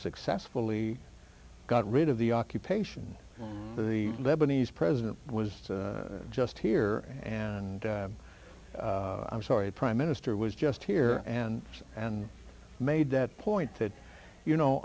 successfully got rid of the occupation the lebanese president was just here and i'm sorry prime minister was just here and and made that point that you know